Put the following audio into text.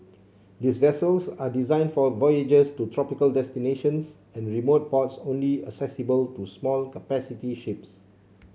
these vessels are designed for voyages to tropical destinations and remote ports only accessible to small capacity ships